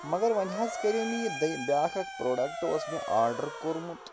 مگر وۄنۍ حَظ کَریٛو مےٚ یہِ دوٚیم بیٛاکھ اکھ پرٛوڈَکٹہٕ اوس مےٚ آرڈَر کوٚرمُت